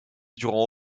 durant